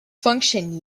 function